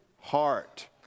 heart